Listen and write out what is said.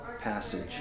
passage